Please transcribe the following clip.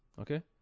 Okay